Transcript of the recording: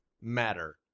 Matter